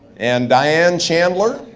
and diane chandler.